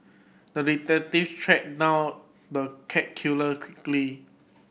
the detective tracked down the cat killer quickly